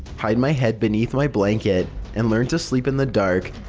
hide my head beneath my blanket and learn to sleep in the dark.